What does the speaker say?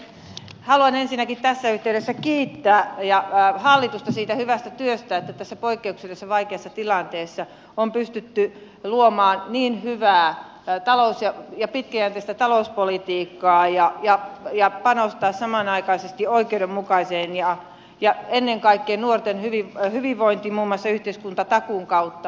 haluan ensinnäkin tässä yhteydessä kiittää hallitusta siitä hyvästä työstä että tässä poikkeuksellisen vaikeassa tilanteessa on pystytty luomaan niin hyvää pitkäjänteistä talouspolitiikkaa ja panostamaan samanaikaisesti oikeudenmukaisuuteen ja ennen kaikkea nuorten hyvinvointiin muun muassa yhteiskuntatakuun kautta